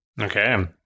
Okay